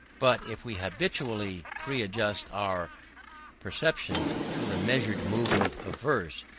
but if we habitually preadjust our perceptions to the measured movement of verse,